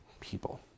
people